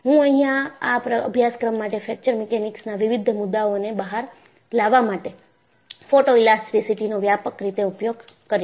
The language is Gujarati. હું અહિયાં આ અભ્યાસક્રમ માટે ફ્રેક્ચર મિકેનિક્સના વિવિધ મુદ્દાઓને બહાર લાવવા માટે ફોટોઇલાસ્ટીસીટી નો વ્યાપક રીતે ઉપયોગ કરીશ